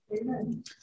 Amen